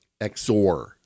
XOR